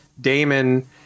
Damon